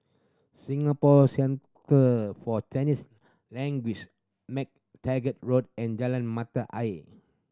Singapore Centre For Chinese Languages MacTaggart Road and Jalan Mata Ayer